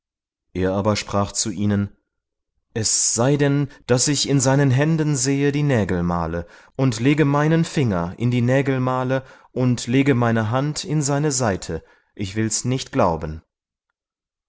er aber sprach zu ihnen es sei denn daß ich in seinen händen sehe die nägelmale und lege meinen finger in die nägelmale und lege meine hand in seine seite will ich's nicht glauben